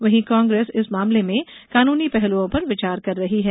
वहीं कांग्रेस इस मामले में कानूनी पहलूओं पर विचार कर रही है